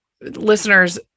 listeners